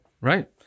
right